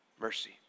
Mercy